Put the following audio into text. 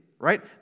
Right